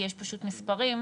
כי יש פשוט מספרים.